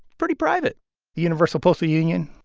pretty private the universal postal union,